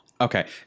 Okay